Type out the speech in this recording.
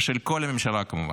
ושל כל הממשלה, כמובן.